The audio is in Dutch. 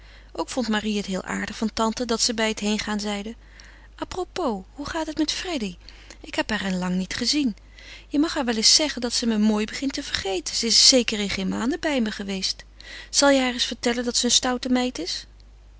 ook vond marie het heel aardig van tante dat ze bij het heengaan zeide a propos hoe gaat het met freddy ik heb haar in lang niet gezien je mag haar wel eens zeggen dat ze me mooi begint te vergeten ze is zeker in geen maanden bij me geweest zal je haar eens vertellen dat ze een stoute meid is